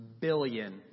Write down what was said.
billion